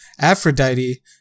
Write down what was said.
aphrodite